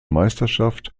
meisterschaft